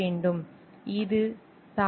சரி இது தவறு